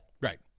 Right